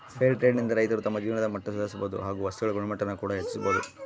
fair trade ನಿಂದ ರೈತರು ತಮ್ಮ ಜೀವನದ ಮಟ್ಟ ಸುಧಾರಿಸಬೋದು ಹಾಗು ವಸ್ತುಗಳ ಗುಣಮಟ್ಟಾನ ಕೂಡ ಹೆಚ್ಚಿಸ್ಬೋದು